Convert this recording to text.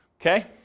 Okay